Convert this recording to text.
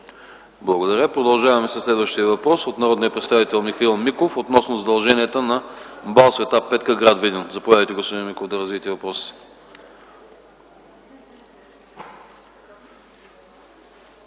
Благодаря. Продължаваме със следващия въпрос на народния представител Михаил Миков относно задълженията на МБАЛ „Св. Петка” – гр. Видин. Заповядайте, господин Миков, за да развиете въпроса